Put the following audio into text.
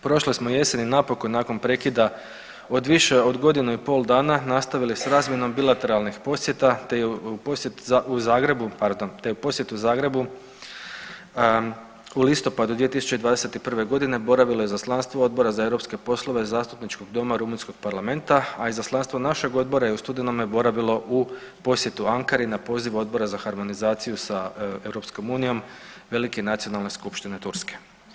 Prošle smo jeseni napokon nakon prekida od više od godinu i pol dana nastavili s razmjenom bilateralnih posjeta, te je posjet u Zagrebu, pardon, te je posjetu u Zagrebu u listopadu 2021.g. boravilo Izaslanstvo Odbora za europske poslove Zastupničkog doma rumunjskog parlamenta, a izaslanstvo našeg odbora je u studenome boravilo u posjetu Ankari na poziv Odbora za harmonizaciju sa EU Velike nacionalne skupštine Turske.